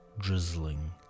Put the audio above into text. drizzling